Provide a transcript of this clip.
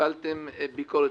קיבלתם ביקורת,